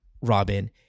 Robin